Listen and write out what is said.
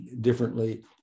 Differently